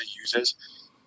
users